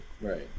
right